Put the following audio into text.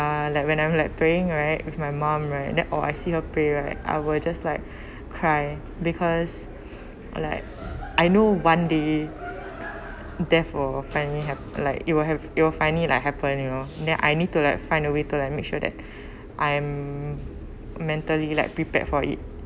uh like when I'm like praying right with my mum right then or I see her pray right I will just like cry because like I know one day death will finally have like it will have it will finally like happen you know then I need to like find a way to make sure that I'm mentally like prepared for it